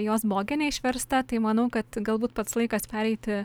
jos bogenė išversta tai manau kad galbūt pats laikas pereiti